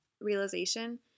realization